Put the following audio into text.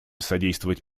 содействовать